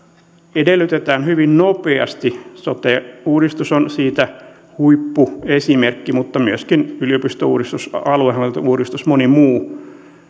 edellytetään toimia hyvin nopeasti sote uudistus on siitä huippuesimerkki mutta myöskin yliopistouudistus aluehallintouudistus moni muu